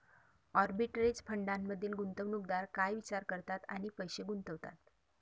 Arbitrage फंडांमधील गुंतवणूकदार काय विचार करतात आणि पैसे गुंतवतात?